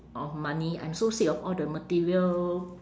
of money I'm so sick of all the material